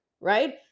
right